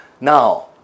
Now